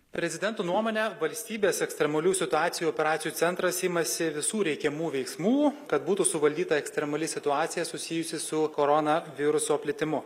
prezidento nuomone valstybės ekstremalių situacijų operacijų centras imasi visų reikiamų veiksmų kad būtų suvaldyta ekstremali situacija susijusi su koronaviruso plitimu